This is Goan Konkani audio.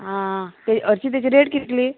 आं हरशी तेजी रेट कितली